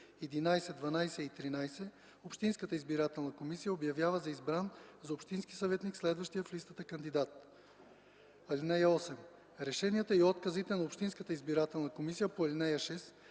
11, 12 и 13 общинската избирателна комисия обявява за избран за общински съветник следващия в листата кандидат. (8) Решенията и отказите на общинската избирателна комисия по ал. 6,